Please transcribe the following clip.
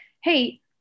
Hey